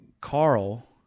Carl